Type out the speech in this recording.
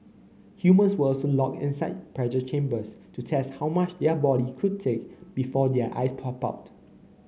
humans were also locked inside pressure chambers to test how much the body could take before their eyes popped out